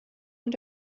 und